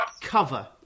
cover